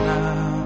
now